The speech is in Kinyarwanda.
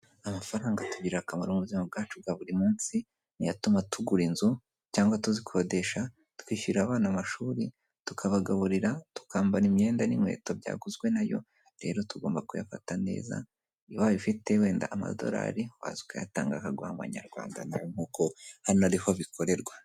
Amafaranga atugirira akamaro mu buzima bwacu bwa buri munsi, niyo atuma tugura inzu cyangwa tuzikodesha, twishyurira abana amashuri, tukabagaburira, tukambara imyenda n'inkweto byaguzwe nayo, rero tugomba kuyafata neza. Ubaye ufite wenda amadolari waza ukayatanga bakaguha abanyarwanda nk'uko hano ariho bikorerwa.